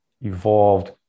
evolved